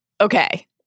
Okay